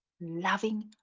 loving